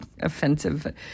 offensive